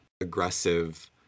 aggressive